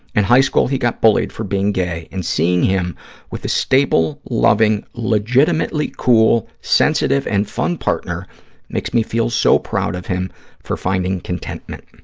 and high school he got bullied for being gay and seeing him with a stable, loving, legitimately cool, sensitive and fun partner makes me feel so proud of him for finding contentment.